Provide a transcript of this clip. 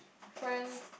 friend